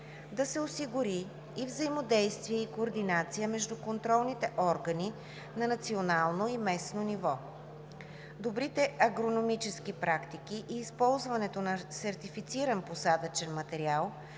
Да се осигури и взаимодействие, и координация между контролните органи на национално и местно ниво. Добрите агрономически практики и използването на сертифициран посадъчен материал